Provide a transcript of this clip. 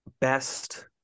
best